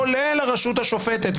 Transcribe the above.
כולל הרשות השופטת,